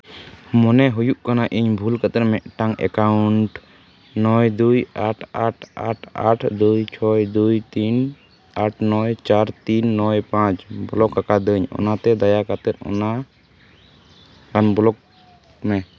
ᱢᱚᱱᱮ ᱦᱩᱭᱩᱜ ᱠᱟᱱᱟ ᱤᱧ ᱵᱷᱩᱞ ᱠᱟᱛᱮ ᱢᱤᱫᱴᱟᱝ ᱮᱠᱟᱣᱩᱱᱴ ᱱᱚᱭ ᱫᱩᱭ ᱟᱴ ᱟᱴ ᱟᱴ ᱟᱴ ᱫᱩᱭ ᱪᱷᱚᱭ ᱫᱩᱭ ᱛᱤᱱ ᱟᱴ ᱱᱚᱭ ᱪᱟᱨ ᱛᱤᱱ ᱱᱚᱭ ᱯᱟᱸᱪ ᱵᱞᱚᱠ ᱟᱠᱟᱫᱟᱹᱧ ᱚᱱᱟᱛᱮ ᱫᱟᱭᱟ ᱠᱟᱛᱮ ᱚᱱᱟ ᱟᱱ ᱵᱞᱚᱠ ᱢᱮ